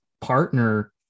partner